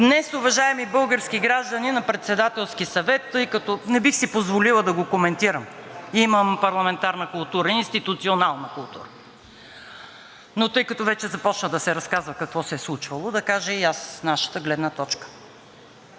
днес, уважаеми български граждани, на Председателския съвет, тъй като не бих си позволила да го коментирам, имам парламентарна култура, институционална култура, но тъй като вече започна да се разказва какво се е случило, да кажа и аз нашата гледна точка.